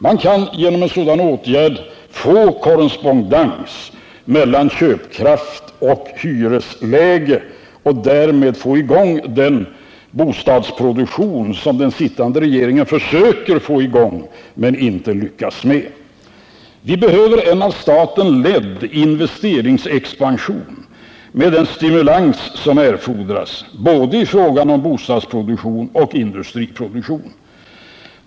Man kan genom en sådan åtgärd få korrespondens mellan köpkraft och hyresläge och därmed få i gång den bostadsproduktion som den sittande regeringen försöker få i gång men inte lyckas med. Vi behöver en av staten ledd investeringsexpansion med den stimulans som erfordras både i fråga om bostadsproduktion och i fråga om industriproduktion.